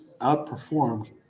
outperformed